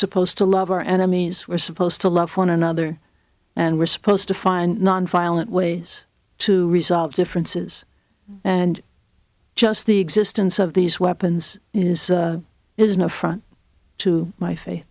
supposed to love our enemies were supposed to love one another and we're supposed to find nonviolent ways to resolve differences and just the existence of these weapons is an affront to my fa